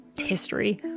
history